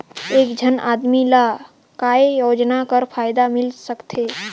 एक झन आदमी ला काय योजना कर फायदा मिल सकथे?